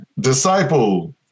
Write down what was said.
Disciple